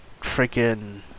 freaking